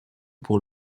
pour